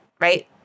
right